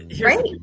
Right